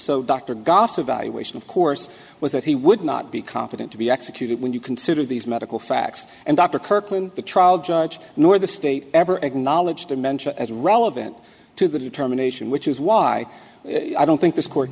valuation of course was that he would not be competent to be executed when you consider these medical facts and dr kirkland the trial judge nor the state ever acknowledged dementia as relevant to the determination which is why i don't think this court